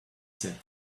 said